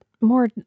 more